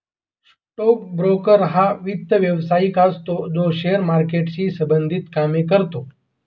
stock broker हा वित्त व्यवसायिक असतो जो शेअर मार्केटशी संबंधित कामे करतो